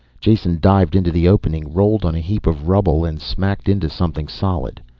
jason dived into the opening, rolled on a heap of rubble and smacked into something solid.